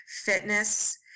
fitness